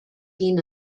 been